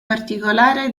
particolare